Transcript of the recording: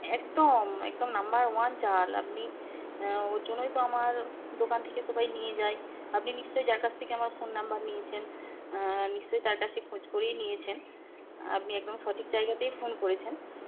একদম একদম number one চাল আপনি ওর জন্যই তো আমার দোকান থেকে সবাই নিয়ে যায় আপনি নিশ্চয়ই যার কাছ থেকে আমার ফোন নাম্বার নিয়েছেন নিশ্চয়ই তার কাছে খোঁজ করেই নিয়েছেন আপনি একদম সঠিক জায়গাতেই ফোন করেছেন